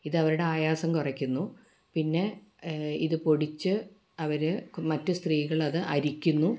ഇതവരുടെ ആയാസം കുറയ്ക്കുന്നു പിന്നെ ഇതു പൊടിച്ച് അവര് മറ്റ് സ്ത്രീകൾ അത് അരിക്കുന്നു